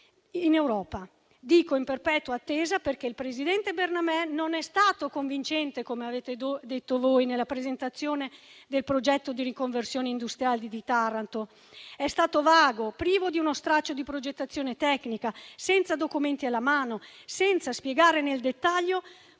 in Europa. Dico in perpetua attesa perché il presidente Bernabè non è stato convincente, come avete detto voi nella presentazione del progetto di riconversione industriale di Taranto; è stato invece vago, privo di uno straccio di progettazione tecnica, senza documenti alla mano, senza spiegare nel dettaglio